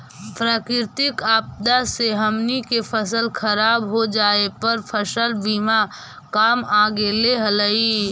प्राकृतिक आपदा से हमनी के फसल खराब हो जाए पर फसल बीमा काम आ गेले हलई